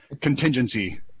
contingency